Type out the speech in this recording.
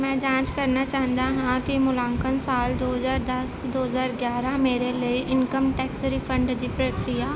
ਮੈਂ ਜਾਂਚ ਕਰਨਾ ਚਾਹੁੰਦਾ ਹਾਂ ਕਿ ਮੁਲਾਂਕਣ ਸਾਲ ਦੋ ਹਜ਼ਾਰ ਦਸ ਦੋ ਹਜ਼ਾਰ ਗਿਆਰ੍ਹਾਂ ਮੇਰੇ ਲਈ ਇਨਕਮ ਟੈਕਸ ਰਿਫੰਡ ਦੀ ਪ੍ਰਕਿਰਿਆ